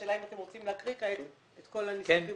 השאלה אם אתם רוצים להקריא כעת את כל הנוסחים.